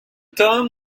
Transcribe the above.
term